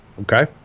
okay